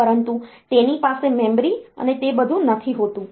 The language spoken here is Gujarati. પરંતુ તેની પાસે મેમરી અને તે બધું નથી હોતું